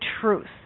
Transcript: Truth